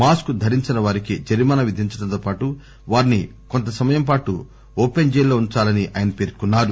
mask ధరించని వారికి జరిమానా విధించడంతో పాటు వారిని కొంత సమయం పాటు ఓపెన్ జైల్లో ఉందాలని ఆయన పేర్కొన్నారు